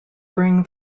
bring